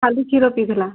ଖାଲି କ୍ଷୀର ପିଇଥିଲା